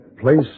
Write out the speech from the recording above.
place